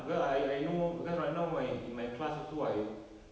because I I know because right now my in my class also I